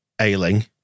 Ailing